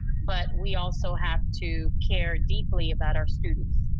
but we also have to care deeply about our students.